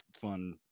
fun